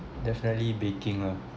definitely baking lah